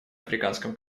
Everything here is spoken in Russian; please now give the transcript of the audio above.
африканском